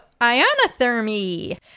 ionothermy